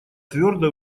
твердо